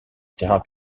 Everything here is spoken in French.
terrain